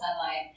sunlight